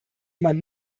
man